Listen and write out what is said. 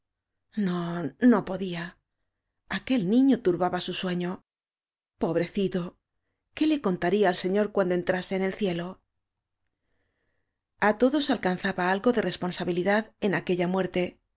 no no podía aquel niño turbaba su sueño pobrecito qué le contaría al señor cuando entrase en el cielo a todos alcanzaba algo de responsabilidad en aquella muerte